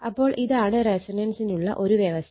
അപ്പോൾ ഇതാണ് റെസൊണൻസിനുള്ള ഒരു വ്യവസ്ഥ